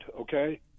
okay